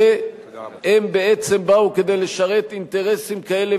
שהם בעצם באו כדי לשרת אינטרסים כאלה